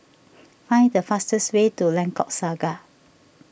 find the fastest way to Lengkok Saga